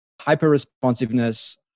hyper-responsiveness